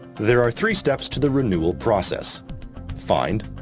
there are three steps to the renewal process find,